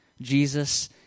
Jesus